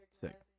sick